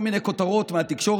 מה זה מסיבת